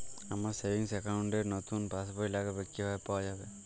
আমার savings account র নতুন পাসবই লাগবে, কিভাবে পাওয়া যাবে?